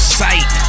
sight